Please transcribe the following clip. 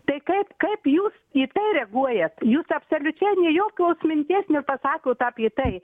tai kaip kaip jūs į tai reaguojat jūs absoliučiai jokios minties nepakakot apie tai